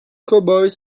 cowboys